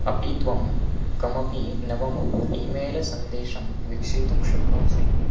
अपि त्वं कमपि नवम् ई मेल् सन्देशं वीक्षितुं शक्नोषि